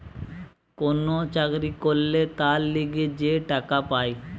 কোন চাকরি করলে তার লিগে যে টাকা পায়